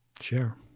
share